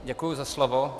Děkuji za slovo.